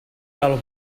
del